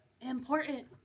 important